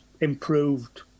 improved